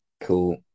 cool